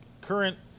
current